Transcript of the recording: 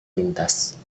lintas